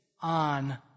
on